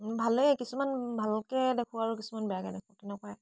ভালেই কিছুমান ভালকৈ দেখোঁ আৰু কিছুমান বেয়াকৈ দেখোঁ তেনেকুৱাই